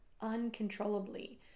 uncontrollably